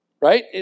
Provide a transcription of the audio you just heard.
Right